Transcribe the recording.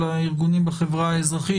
של הארגונים בחברה האזרחית.